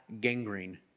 gangrene